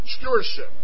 stewardship